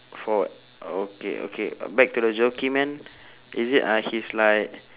forward okay okay back to the jockey man is it uh he's like